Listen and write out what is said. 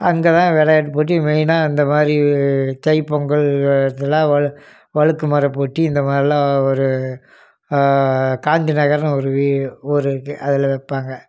அங்கேதான் விளையாட்டு போட்டி மெயினாக அந்த மாதிரி தைப் பொங்கல் இதலாம் வழு வழுக்கு மரம் போட்டி இந்த மாதிரிலாம் ஒரு காந்திநகர்னு ஒரு வீ ஊர் இருக்குது அதில் வைப்பாங்க